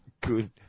Good